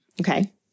Okay